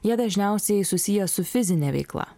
jie dažniausiai susiję su fizine veikla